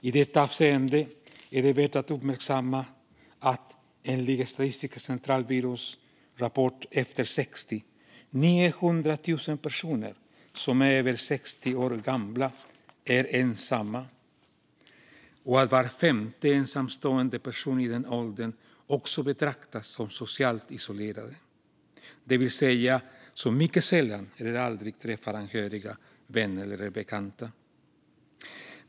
I detta avseende är det värt att uppmärksamma att, enligt Statistiska centralbyråns rapport Efter 60 , 900 000 personer över 60 år bor ensamma och att var femte ensamstående person i den åldern också betraktas som socialt isolerad, det vill säga att de mycket sällan eller aldrig träffar anhöriga, vänner eller bekanta.